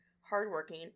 hardworking